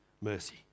mercy